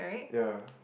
ya